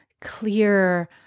clear